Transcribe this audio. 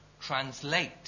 translate